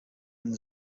and